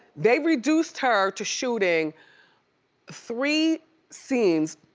they reduced her to shooting three scenes,